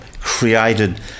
created